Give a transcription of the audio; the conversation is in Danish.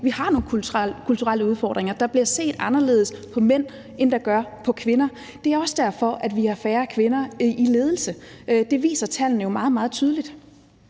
Vi har nogle kulturelle udfordringer. Der bliver set anderledes på mænd, end der gør på kvinder. Det er også derfor, vi har færre kvinder i ledelse. Det viser tallene jo meget, meget tydeligt.